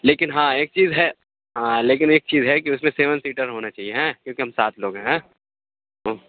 لیکن ہاں ایک چیز ہے ہاں لیکن ایک چیز ہے کہ اُس میں سیون سیٹر ہونا چاہیے ہاں کیوں کہ ہم سات لوگ ہیں ہیں